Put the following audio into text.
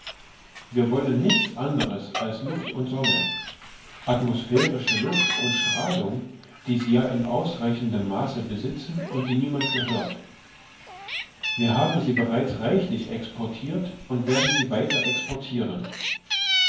wir wollen nichts anderes als luft und sonne atmosphärische luft und strahlung die sie ja in ausreichendem maß besitzen und die niemand gehört wir haben sie bereits reichlich exportiert und werden sie weiter exportieren